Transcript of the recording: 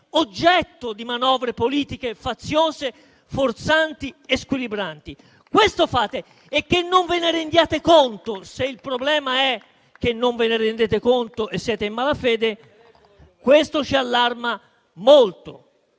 oggetto di manovre politiche faziose, forzanti e squilibrati. Questo fate e non ve ne rendete conto. Se il problema è che non ve ne rendete conto o siete in malafede, questo ci allarma molto;